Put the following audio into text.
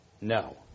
no